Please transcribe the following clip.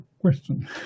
question